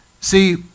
see